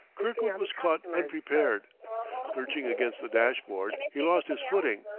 kirkwood was caught unprepared lurching against the dashboard, he lost his footing,